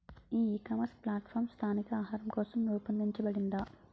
ఈ ecommerce platform స్థానిక ఆహారం కోసం రూపొందించబడిందా?